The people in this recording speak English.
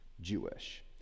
Jewish